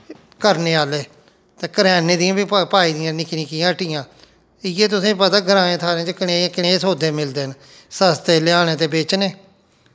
करने आह्ले ते करेआने दियां बी पाई दियां न निक्कियां निक्कियां हट्टियां इ'यै तुसें पता ग्राएं थाह्रें च कनेह् कनेह् सौद्दे मिलदे न सस्ते लेआने ते बेचने